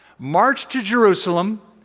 marched to jerusalem,